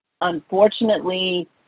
unfortunately